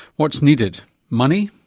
what's needed money,